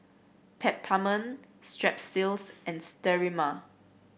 Peptamen Strepsils and Sterimar